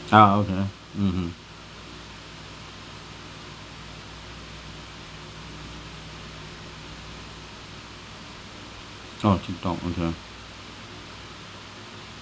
ah okay mmhmm oh Tiktok okay